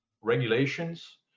regulations